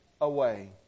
away